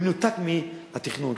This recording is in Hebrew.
במנותק מהתכנון,